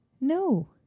No